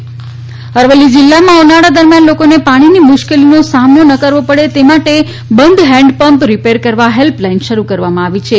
અરવલ્લી અરવલ્લી જિલ્લામાં ઉનાળા દરમિયાન લોકોને પાણીની મુશ્કેલીનો સામનો ન કરવો પડે તે માટે બંધ હેન્ડ પંપ રીપેર કરવા હેલ્પલાઇન શરૃ કરવામાં આવી છે